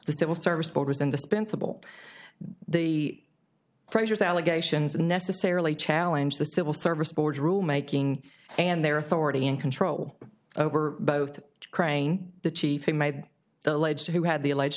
the civil service board is indispensable the freshers allegations unnecessarily challenge the civil service board's rule making and their authority and control over both crane the chief who made the alleged who had the alleged